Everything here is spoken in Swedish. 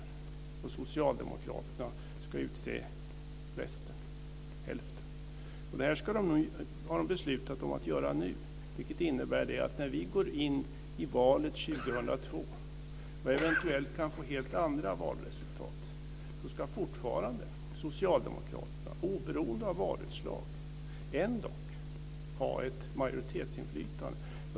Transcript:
Sedan ska socialdemokraterna utse resten, dvs. hälften av ledamöterna. Detta har man beslutat om att genomföra nu, vilket innebär att om det blir helt andra valresultat i valet 2002 ska socialdemokraterna fortfarande, oberoende av valutslag, ändock ha ett majoritetsinflytande.